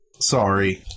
Sorry